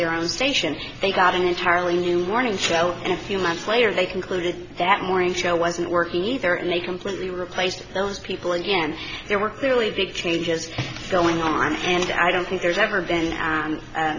their own station they got an entirely new warning shell and a few months later they concluded that morning show wasn't working either and they completely replaced those people again there were clearly big changes going on and i don't think there's ever been